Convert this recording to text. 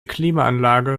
klimaanlage